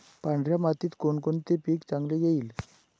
पांढऱ्या मातीत कोणकोणते पीक चांगले येईल?